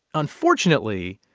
unfortunately,